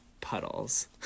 puddles